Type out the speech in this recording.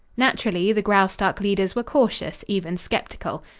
naturally the graustark leaders were cautious, even skeptical.